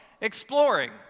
Exploring